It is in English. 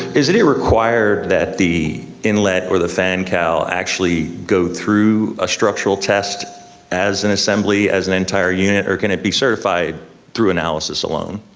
isn't it required that the inlet or the fan cowl actually go through a structural test as an assembly, as an entire unit, or can it be certified through analysis alone?